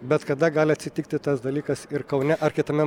bet kada gali atsitikti tas dalykas ir kaune ar kitame